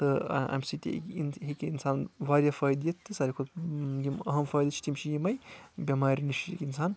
تہٕ امہِ سۭتۍ ہیٚکہِ اِنسان واریاہ فٲیدٕ دِتھ ساروی کھۄتہٕ یِم اَہم فٲیدٕ چھِ تِم چھِ یِمٕے بیمارِ نِش چھ اِنسان